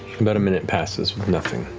about a minute passes with nothing.